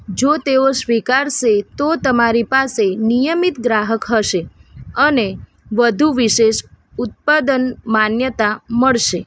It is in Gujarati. જો તેઓ સ્વીકારશે તો તમારી પાસે નિયમિત ગ્રાહક હશે અને વધુ વિશેષ ઉત્પાદન માન્યતા મળશે